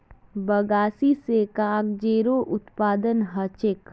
बगासी स कागजेरो उत्पादन ह छेक